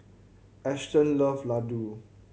Ashton love Ladoo